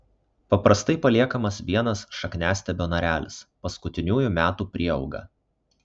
paprastai paliekamas vienas šakniastiebio narelis paskutiniųjų metų prieauga